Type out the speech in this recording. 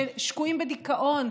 ששקועים בדיכאון,